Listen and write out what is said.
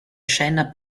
scena